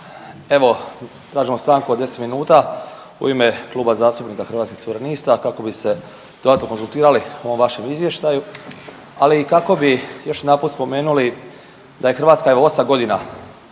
Evo tražimo stanku od 10 minuta u ime Kluba zastupnika Hrvatskih suverenista kako bi se dodatno konzultirali o ovom vašem izvještaju, ali kako bi još jedanput spomenuli da je Hrvatska evo osam godina